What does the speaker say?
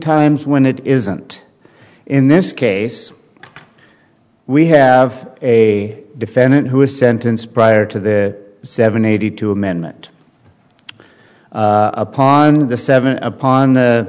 times when it isn't in this case we have a defendant who was sentenced prior to the seven eighty two amendment upon the seven upon the